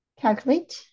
Calculate